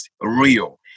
real